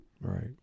Right